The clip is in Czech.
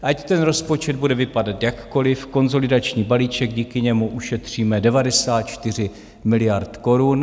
Ať ten rozpočet bude vypadat jakkoliv, konsolidační balíček, díky němu ušetříme 94 miliard korun.